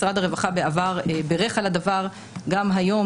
משרד הרווחה בעבר בירך על הדבר וגם היום,